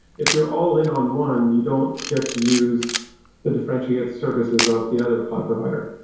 if you're all in on one, you don't get to use the differentiated services off the other cloud provider.